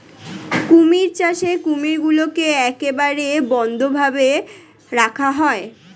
কুমির চাষে কুমিরগুলোকে একেবারে বদ্ধ ভাবে রাখা হয়